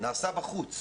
נעשה בחוץ.